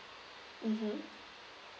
mmhmm